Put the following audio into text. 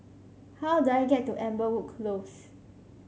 how do I get to Amberwood Close